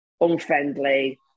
unfriendly